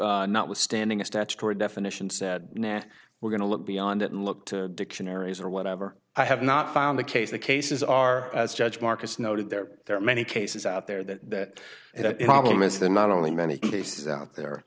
not withstanding a statutory definition said nat we're going to look beyond that look to dictionaries or whatever i have not found the case the cases are as judge marcus noted there there are many cases out there that it probably miss the not only many cases out there